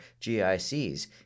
GICs